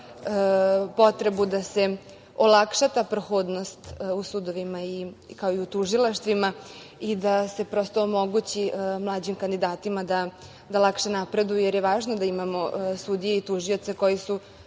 potrebu da se olakša ta prohodnost u sudovima, kao i u tužilaštvima i da se prosto omogući mlađim kandidatima da lakše napreduje, jer je važno da imamo sudije i tužioce koji su